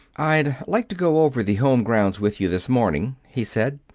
i'd like to go over the home grounds with you this morning, he said.